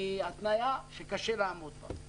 היא התניה שקשה לעמוד בה.